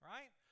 Right